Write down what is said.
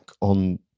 on